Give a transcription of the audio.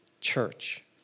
church